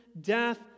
death